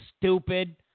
stupid